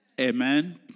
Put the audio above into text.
Amen